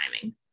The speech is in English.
timing